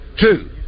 Two